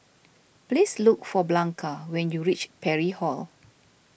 please look for Blanca when you reach Parry Hall